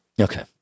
Okay